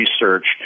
research